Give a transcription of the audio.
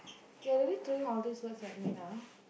you're really throwing all these words at me now